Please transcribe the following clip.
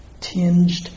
tinged